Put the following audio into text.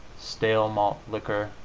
stale malt liquor,